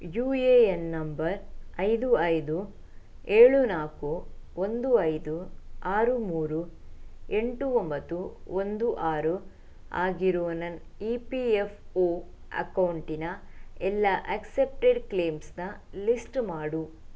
you A N number ಐದು ಐದು ಏಳು ನಾಲ್ಕು ಒಂದು ಐದು ಆರು ಮೂರು ಎಂಟು ಒಂಬತ್ತು ಒಂದು ಆರು ಆಗಿರೋ ನನ್ನ ಇ ಪಿ ಎಫ್ ಒ ಅಕೌಂಟಿನ ಎಲ್ಲ ಅಕ್ಸೆಪ್ಟೆಡ್ ಕ್ಲೇಮ್ಸನ್ನ ಲಿಸ್ಟ್ ಮಾಡು